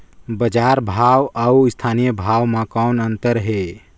बजार भाव अउ स्थानीय भाव म कौन अन्तर हे?